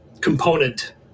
component